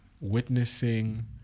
witnessing